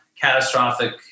catastrophic